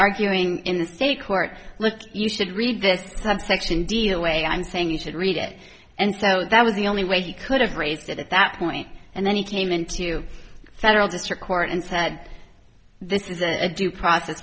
arguing in the state court look you should read this time section deal way i'm saying you should read it and so that was the only way he could have raised it at that point and then he came into federal district court and said this is a due process